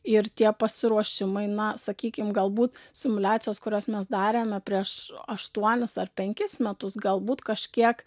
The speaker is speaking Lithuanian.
ir tie pasiruošimai na sakykim galbūt simuliacijos kurias mes darėme prieš aštuonis ar penkis metus galbūt kažkiek